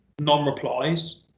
non-replies